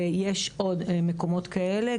יש עוד מקומות כאלה.